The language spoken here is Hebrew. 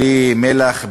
בלי מלח,